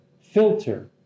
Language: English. filter